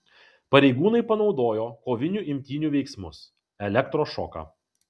pareigūnai panaudojo kovinių imtynių veiksmus elektrošoką